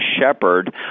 shepherd